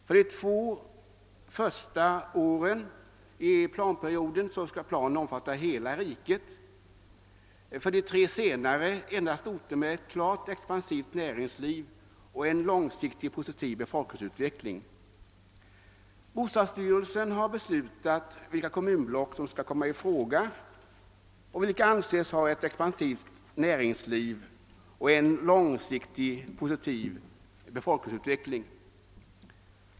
För de första två åren i planperioden skall planen omfatta hela riket, för de tre senare endast orter med ett klart expansivt näringsliv och en långsiktig positiv befolkningsutveckling. Bostadsstyrelsen har beslutat vilka kommunblock som skall komma i fråga och som anses ha ett expansivt näringsliv och en långsiktig positiv befolkningsutveckling.